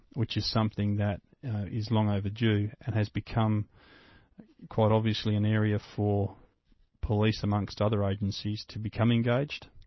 which is something that is long overdue and has become quite obviously an area for police, amongst other agencies, to become engaged,